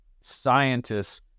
scientists